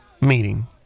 meeting